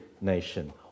nation